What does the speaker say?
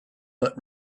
but